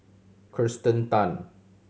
Kirsten Tan